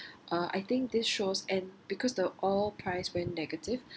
uh I think this shows and because the oil price went negative